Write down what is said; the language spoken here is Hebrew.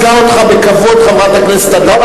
ייצגה אותך בכבוד חברת הכנסת אדטו,